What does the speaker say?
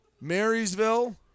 Marysville